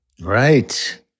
Right